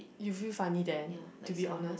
you feel funny then to be honest